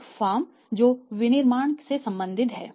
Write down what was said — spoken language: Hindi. एक फर्म जो विनिर्माण से संबंधित है